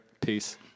Peace